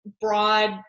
broad